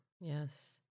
Yes